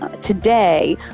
today